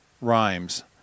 rhymes